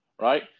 right